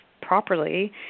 properly